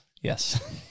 Yes